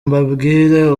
mbabwire